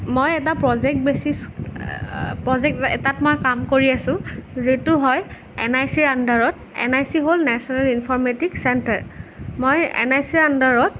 মই এটা project basis project এটাত মই কাম কৰি আছো যিটো হয় এন আই চিৰ আন্দাৰত এন আই চি হ'ল নেচনেল ইনফৰ্মেটিক চেণ্টাৰ মই এন আই চিৰ আন্দাৰত